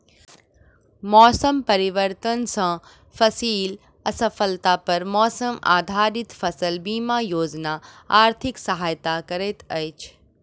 मौसम परिवर्तन सॅ फसिल असफलता पर मौसम आधारित फसल बीमा योजना आर्थिक सहायता करैत अछि